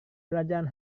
pelajaran